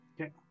Okay